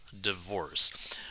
divorce